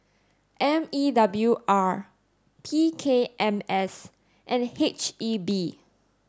M E W R P K M S and H E B